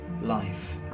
life